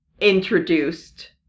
introduced